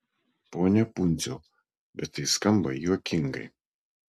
pone pundziau bet tai skamba juokingai